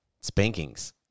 Spankings